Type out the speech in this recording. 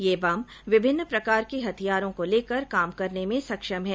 यह बम विभिन्न प्रकार के हथियारों को लेकर काम करने में सक्षम है